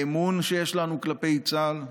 האמון שיש לנו כלפי צה"ל,